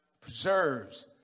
preserves